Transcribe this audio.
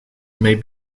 may